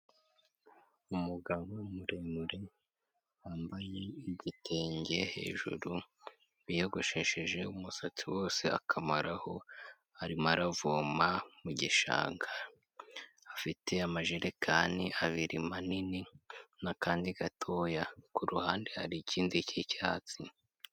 Umugabo muremure wambaye igitenge hejuru, wiyogoshesheje umusatsi wose akamaraho, arimo aravoma mu gishanga. Afite amajerekani abiri manini n'akandi gatoya. Ku ruhande hari ikindi cy'icyatsi.